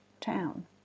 town